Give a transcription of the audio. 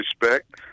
respect